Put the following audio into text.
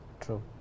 True